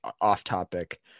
off-topic